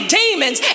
demons